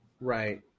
Right